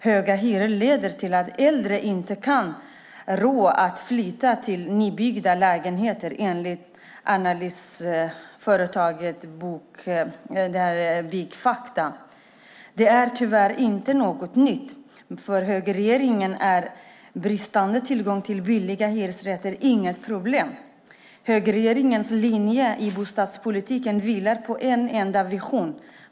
Höga hyror leder till att äldre inte har råd att flytta till nybyggda lägenheter enligt analysföretaget Byggfakta. Det är tyvärr inte något nytt. För högerregeringen är brist på tillgång på billiga hyresrätter inget problem. Högerregeringens linje i bostadspolitiken vilar på en enda vision.